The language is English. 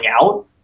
out